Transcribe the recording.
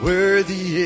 Worthy